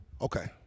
Okay